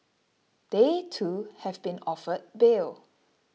they too have been offered bail